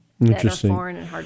Interesting